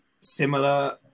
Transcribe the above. similar